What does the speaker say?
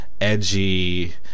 edgy